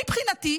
מבחינתי,